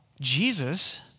Jesus